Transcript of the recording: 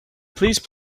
please